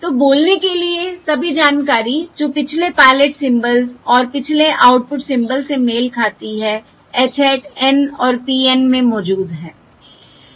तो बोलने के लिए सभी जानकारी जो पिछले पायलट सिंबल्स और पिछले आउटपुट सिम्बल्स से मेल खाती है h hat N और p N में मौजूद है